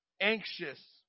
anxious